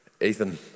Ethan